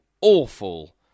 awful